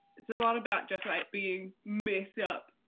it's a lot about just like being messed up,